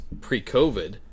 pre-COVID